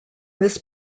this